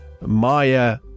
Maya